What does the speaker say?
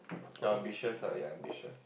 ya ambitious ah ya ambitious